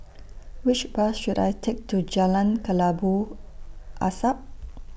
Which Bus should I Take to Jalan Kelabu Asap